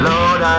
Lord